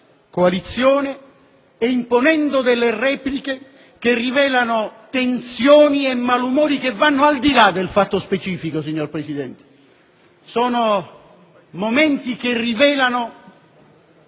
coalizione e imponendo repliche che rivelano tensioni e malumori che vanno al di là del fatto specifico, signor Presidente. Sono momenti che rivelano